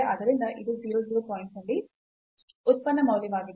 ಆದ್ದರಿಂದ ಇದು 0 0 ಪಾಯಿಂಟ್ನಲ್ಲಿ ಉತ್ಪನ್ನ ಮೌಲ್ಯವಾಗಿದೆ